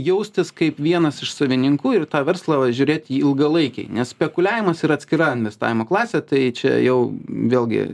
jaustis kaip vienas iš savininkų ir į tą verslą va žiūrėt į ilgalaikiai nes spekuliavimas yra atskira investavimo klasė tai čia jau vėlgi